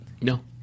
No